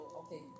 okay